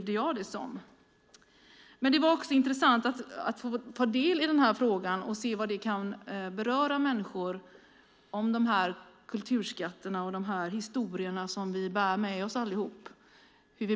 Det var också intressant att ta del av frågan och se hur den berörde människor och hur vi behandlar kulturskatter och den historia som vi alla bär med oss.